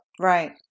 Right